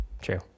True